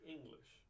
English